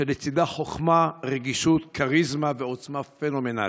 שבצידה חוכמה, רגישות, כריזמה ועוצמה פנומנלית.